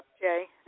Jay